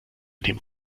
dem